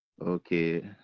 okay